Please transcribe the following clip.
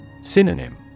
Synonym